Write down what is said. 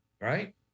right